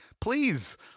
please